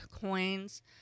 coins